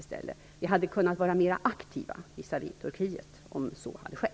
Om så hade skett hade vi kunnat vara mer aktiva visavi Turkiet.